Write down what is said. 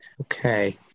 okay